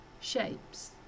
shapes